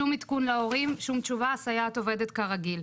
שום עדכון להורים, שום תשובה, הסייעת עובדת כרגיל.